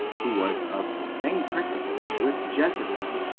who was of the same principles with jezebel.